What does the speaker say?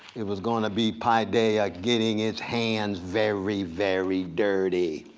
it was going to be paideia getting its hand very, very dirty,